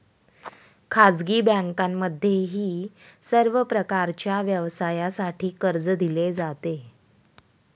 खाजगी बँकांमध्येही सर्व प्रकारच्या व्यवसायासाठी कर्ज दिले जाते